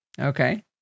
Okay